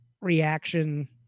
reaction